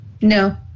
No